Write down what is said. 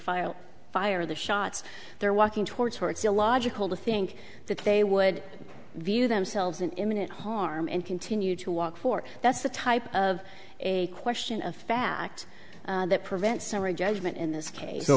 file fire the shots they're walking towards her it's illogical to think that they would view themselves an imminent harm and continue to walk for that's the type of a question of fact that prevent summary judgment in this case